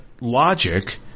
logic